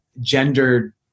gender